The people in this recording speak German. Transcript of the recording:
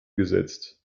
gesetzt